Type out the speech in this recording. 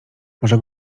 może